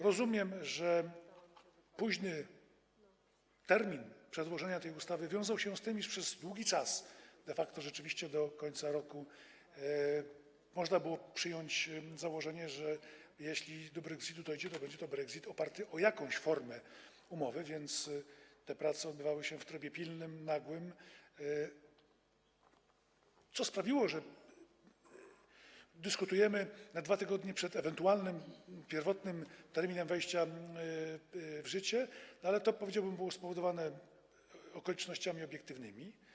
Rozumiem, że późny termin przedłożenia tej ustawy wiązał się z tym, iż przez długi czas, de facto do końca roku, można było przyjmować założenie, że jeśli do brexitu dojdzie, to będzie to brexit oparty na pewnej formie umowy, a więc te prace odbywały się w trybie pilnym, nagłym, co sprawiło, że dyskutujemy na 2 tygodnie przed ewentualnym pierwotnym terminem wejścia w życie, ale to, powiedziałbym, było spowodowane okolicznościami obiektywnymi.